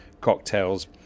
cocktails